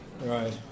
Right